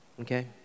Okay